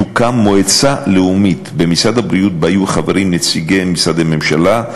תוקם מועצה לאומית במשרד הבריאות שבה יהיו חברים נציגי משרדי ממשלה,